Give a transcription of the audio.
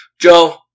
Joe